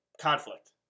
conflict